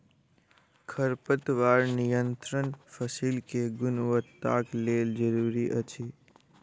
खरपतवार नियंत्रण फसील के गुणवत्ताक लेल जरूरी अछि